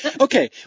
Okay